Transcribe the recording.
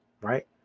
Right